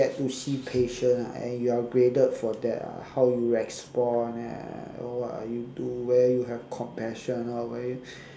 get to see patient ah and you are graded for that ah how you respond and what are you do where you have compassion or where